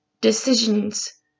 decisions